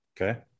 Okay